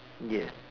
ya